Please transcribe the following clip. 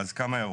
הערות.